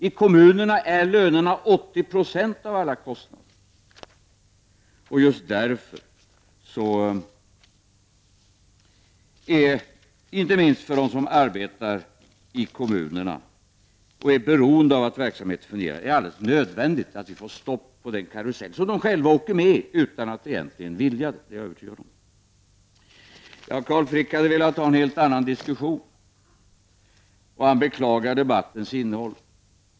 I kommunerna utgör lönerna 80 96 av alla kostnader. Just därför är det, inte minst för dem som arbetar i kommunerna och är beroende av att verksamheten fungerar, alldeles nödvändigt att vi får stopp på den karusell som de själva åker med i utan att egentligen vilja. Carl Frick sade att han velat ha en helt annan diskussion, och han beklagade debattens innehåll.